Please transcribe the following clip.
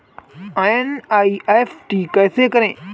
NEFT कैसे करें?